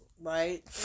right